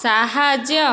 ସାହାଯ୍ୟ